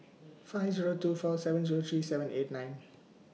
five Zero two four seven Zero three seven eight nine